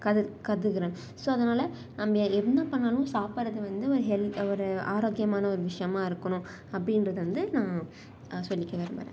கரு கருதுகிறேன் ஸோ அதனால் நம்ம என்ன பண்ணாலும் சாப்பிட்றது வந்து ஒரு ஹெல் ஒரு ஆரோக்கியமான ஒரு விஷயமா இருக்கணும் அப்டின்றதை வந்து நான் சொல்லிக்க விரும்புகிறேன்